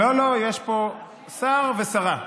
לא, לא, יש פה שר ושרה.